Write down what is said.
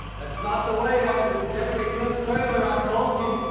that's not the way out to deputy cliff's trailer, i told ya.